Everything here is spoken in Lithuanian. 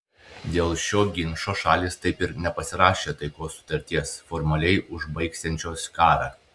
dėl šio ginčo šalys taip ir nepasirašė taikos sutarties formaliai užbaigsiančios karą